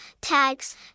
tags